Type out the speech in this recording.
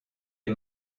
est